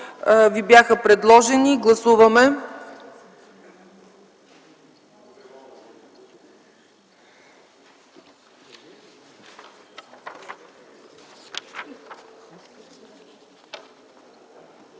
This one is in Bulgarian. ни бяха предложени. Гласували